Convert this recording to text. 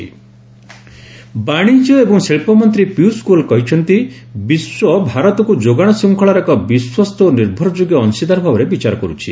ଯୋଗାଣ ଶୃଙ୍ଖଳା ବାଣିଜ୍ୟ ଏବଂ ଶିଳ୍ପ ମନ୍ତ୍ରୀ ପୀୟୁଷ ଗୋଏଲ କହିଛନ୍ତି ବିଶ୍ୱ ଭାରତକୁ ଯୋଗାଣ ଶୃଙ୍ଖଳାର ଏକ ବିଶ୍ୱସ୍ତ ଓ ନିର୍ଭରଯୋଗ୍ୟ ଅଂଶୀଦାର ଭାବରେ ବିଚାର କରୁଛି